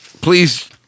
Please